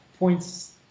points